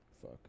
Fuck